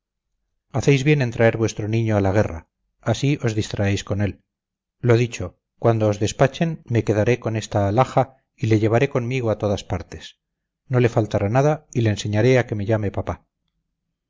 hacéis bien en traer vuestro niño a la guerra así os distraéis con él lo dicho cuando os despachen me quedaré con esta alhaja y le llevaré conmigo a todas partes no le faltará nada y le enseñaré a que me llame papá